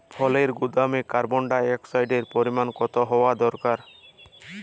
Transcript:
ফলের গুদামে কার্বন ডাই অক্সাইডের পরিমাণ কত হওয়া দরকার?